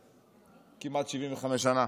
כמעט 75 שנה